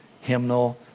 hymnal